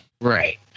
right